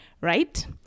right